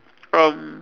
um